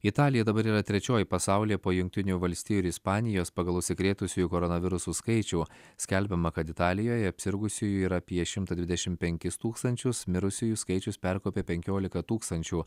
italija dabar yra trečioji pasaulyje po jungtinių valstijų ir ispanijos pagal užsikrėtusiųjų koronavirusu skaičių skelbiama kad italijoje apsirgusiųjų yra apie šimtą dvidešim penkis tūkstančius mirusiųjų skaičius perkopė penkioliką tūkstančių